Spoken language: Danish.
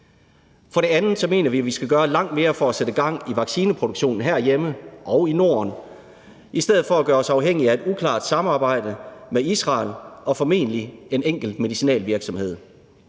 For det andet mener vi, at vi skal gøre langt mere for at sætte gang i vaccineproduktionen herhjemme og i Norden i stedet for at gøre os afhængige af et uklart samarbejde med Israel og formentlig en enkelt medicinalvirksomhed.